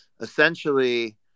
essentially